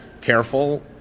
careful